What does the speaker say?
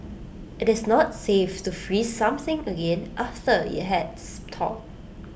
IT is not safe to freeze something again after IT has thawed